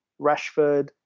Rashford